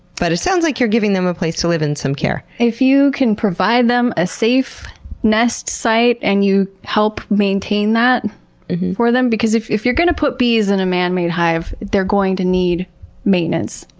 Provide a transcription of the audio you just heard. but it sounds like you're giving them a place to live and some care. if you can provide them a safe nest site and you help maintain that for them. because if if you're going to put bees in a man-made hive, they're going to need maintenance.